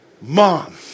mom